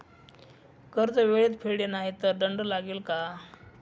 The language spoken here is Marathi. कर्ज वेळेत फेडले नाही तर दंड लागेल का?